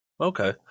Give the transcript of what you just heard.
Okay